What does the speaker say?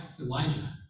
Elijah